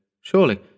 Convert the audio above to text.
Surely